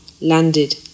landed